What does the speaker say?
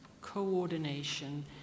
coordination